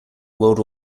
world